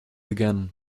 again